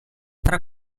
tra